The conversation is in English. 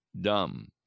dumb